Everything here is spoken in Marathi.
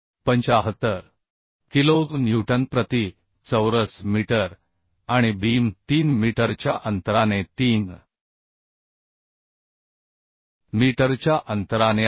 75 किलो न्यूटन प्रति चौरस मीटर आणि बीम 3 मीटरच्या अंतराने 3 मीटरच्या अंतराने आहेत